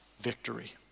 victory